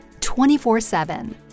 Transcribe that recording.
24-7